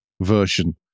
version